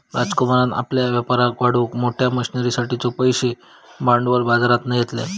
राजकुमारान आपल्या व्यापाराक वाढवूक मोठ्या मशनरींसाठिचे पैशे भांडवल बाजरातना घेतल्यान